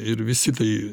ir visi tai